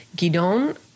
Guidon